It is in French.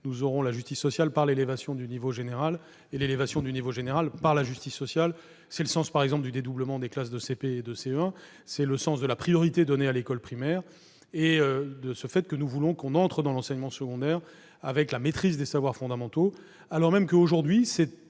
Nous aurons la justice sociale par l'élévation du niveau général, et l'élévation du niveau général par la justice sociale. C'est le sens, par exemple, du dédoublement des classes de CP et de CE1. C'est le sens de la priorité donnée à l'école primaire et de notre volonté que les élèves entrant dans l'enseignement secondaire maîtrisent les savoirs fondamentaux, alors même que, aujourd'hui, vous